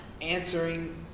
answering